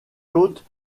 côtes